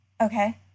Okay